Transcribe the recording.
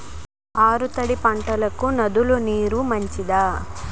ఆరు తడి పంటలకు నదుల నీరు మంచిదా?